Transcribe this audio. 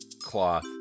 cloth